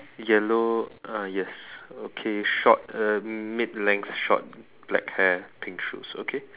yellow uh yes okay short uh mid length short black hair pink shoes okay